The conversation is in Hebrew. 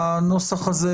הנוסח הזה,